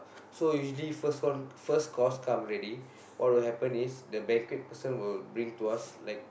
so usually first co~ first course come ready what will happen is the banquet person will bring to us like